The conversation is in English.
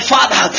Father